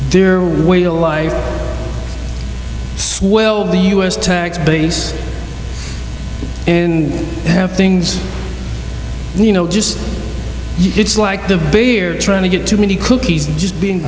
their will to live swell the u s tax base in things you know just it's like the beer trying to get too many cookies and just being